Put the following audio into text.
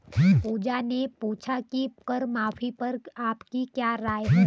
पूजा ने पूछा कि कर माफी पर आपकी क्या राय है?